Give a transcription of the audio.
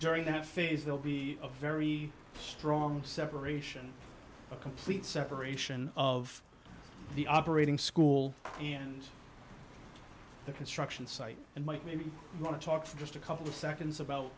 during that phase they'll be a very strong separation a complete separation of the operating school and the construction site and make me want to talk for just a couple of seconds about